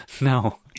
no